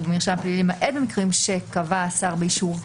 במרשם הפלילי אלא במקרים שקבע השר באישור הוועדה.